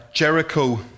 Jericho